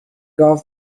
گاو